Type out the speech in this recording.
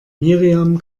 miriam